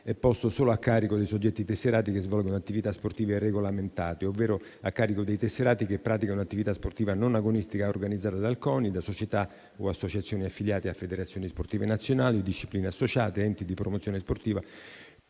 è posto solo a carico dei soggetti tesserati che svolgono attività sportive regolamentate ovvero a carico dei tesserati che praticano un'attività sportiva non agonistica organizzata dal Coni, da società o associazioni affiliate a federazioni sportive nazionali, discipline associate, enti di promozione sportiva